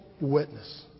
witness